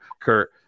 Kurt